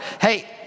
hey